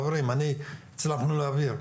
חברים הצלחנו להעביר.